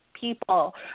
people